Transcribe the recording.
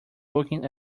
looking